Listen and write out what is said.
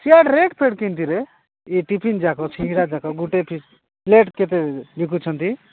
ସିଆଡ଼ rate ଫେଟ୍ କେମିତିରେ ଇଏ ଟିଫିନ ଯାକ ସିଙ୍ଗଡ଼ା ଯାକ ଗୋଟେ ପ୍ଲେଟ୍ କେତେ ବିକୁଛନ୍ତି